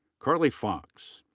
carly fox.